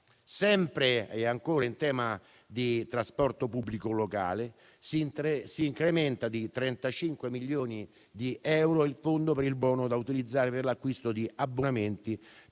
Sempre in tema di trasporto pubblico locale, si incrementa di 35 milioni di euro il fondo per il buono da utilizzare per l'acquisto di abbonamenti